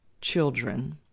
children